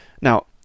Now